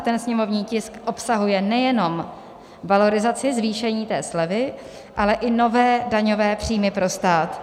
A ten sněmovní tisk obsahuje nejenom valorizaci, zvýšení té slevy, ale i nové daňové příjmy pro stát.